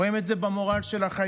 רואים את זה במורל של החיילים,